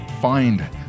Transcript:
find